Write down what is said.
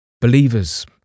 Believers